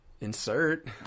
Insert